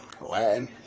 Latin